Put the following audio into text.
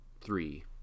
three